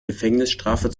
gefängnisstrafe